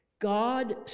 God